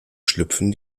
schlüpfen